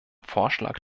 vorschlag